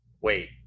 wait